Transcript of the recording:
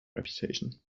reputation